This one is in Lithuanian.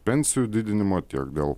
pensijų didinimo tiek dėl